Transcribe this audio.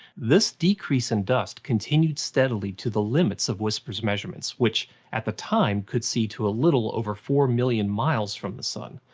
this decrease in dust continued steadily to the limits of wispr's measurements, which at the time could see to a little over four million miles from the sun.